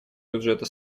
бюджета